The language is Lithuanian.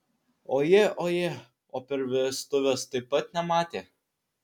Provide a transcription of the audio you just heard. ojė ojė o per vestuves taip pat nematė